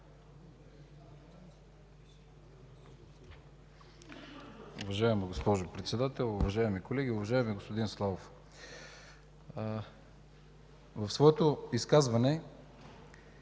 в своето изказване